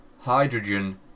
hydrogen